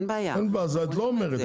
את לא אומרת.